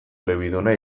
elebiduna